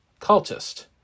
Cultist